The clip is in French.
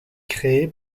créé